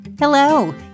Hello